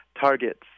targets